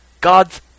God's